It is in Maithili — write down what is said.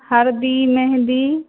हरदी मेहदी